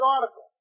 article